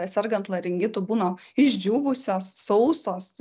sergant laringitu būna išdžiūvusios sausos